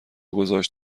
گذاشت